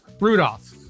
Rudolph